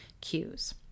cues